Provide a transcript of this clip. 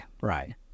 Right